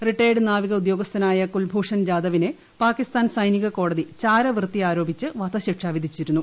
retired നാവിക ഉദ്യോഗസ്ഥനായ കുൽഭൂഷൺ ജാദവിനെ പാകിസ്ഥാൻ സൈനിക കോടതി ച്ഛാരവൃത്തി ആരോപിച്ച് വധശക്ഷ വിധിച്ചിരുന്നു